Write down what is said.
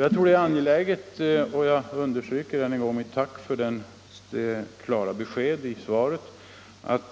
Jag understryker mitt tack för det klara be 23 skedet i svaret,